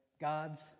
god's